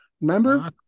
remember